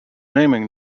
naming